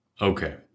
okay